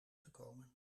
gekomen